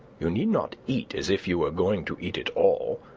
you need not eat as if you were going to eat it all.